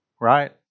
right